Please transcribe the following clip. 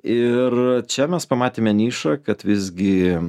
ir čia mes pamatėme nišą kad visgi